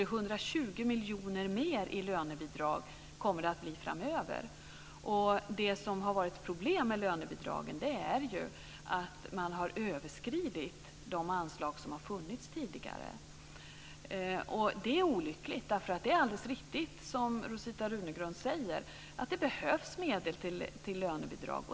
Det kommer framöver alltså att bli 120 miljoner mer i lönebidrag. Det som varit ett problem med lönebidragen är att man har överskridit de anslag som tidigare funnits. Detta är olyckligt. Det är alldeles riktigt att det, som Rosita Runegrund säger, behövs medel till lönebidrag.